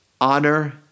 honor